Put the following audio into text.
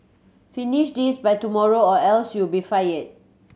finish this by tomorrow or else you'll be fired